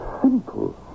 simple